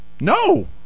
no